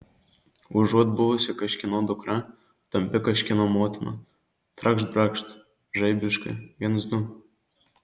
užuot buvusi kažkieno dukra tampi kažkieno motina trakšt brakšt žaibiškai viens du